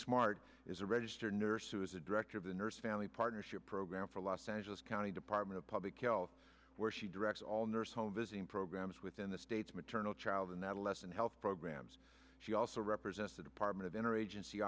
smart is a registered nurse who is a director of the nurse family partnership program for los angeles county department of public health where she directs all nursing home visiting programs within the state's maternal child and adolescent health programs she also represents the department of inner agency